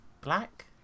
black